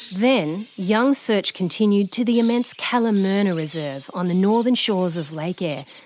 then, young's search continued to the immense kalamurina reserve, on the northern shores of lake eyre,